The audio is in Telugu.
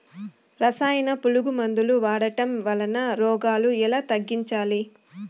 రసాయన పులుగు మందులు వాడడం వలన రోగాలు ఎలా తగ్గించాలి?